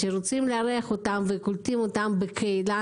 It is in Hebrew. שרוצים לארח אותם וקולטים אותם בקהילה